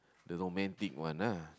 the romantic one lah